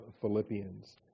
Philippians